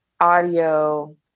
audio